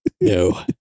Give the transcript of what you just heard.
No